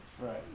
right